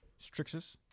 Strixus